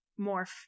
morph